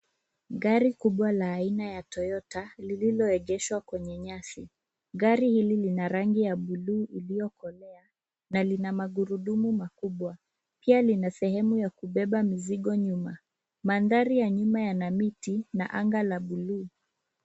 Gari kubwa la aina ya Toyota lililoegeshwa kwenye nyasi. Gari hili lina rangi ya buluu iliyokolea na lina magurudumu makubwa. Pia lina sehemu ya kubeba mizigo nyuma. Mandhari ya nyuma yana miti na anga la buluu.